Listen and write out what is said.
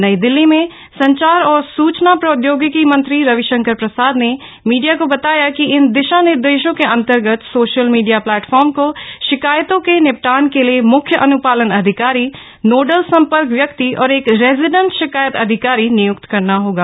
नई दिल्ली में संचार और सुचना प्रौदयोगिकी मंत्री रविशंकर प्रसाद ने मीडिया को बताया कि इन दिशा निर्देशों के अंतर्गत सोशल मीडिया प्लेटफॉर्म को शिकायतों के निपटान के लिए मुख्य अन्पालन अधिकारी नोडल संपर्क व्यक्ति और एक रेजिडेंट शिकायत अधिकारी निय्क्त करना होगा